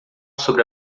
sobre